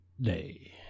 day